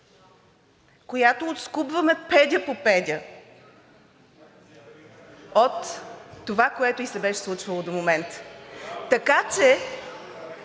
която отскубваме педя по педя от това, което ѝ се беше случвало до момента. (Реплики